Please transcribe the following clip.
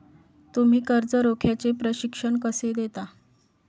तुम्ही कर्ज रोख्याचे प्रशिक्षण कसे देता?